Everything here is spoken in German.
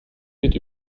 wird